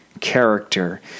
character